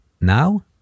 now